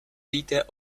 víte